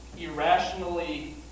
irrationally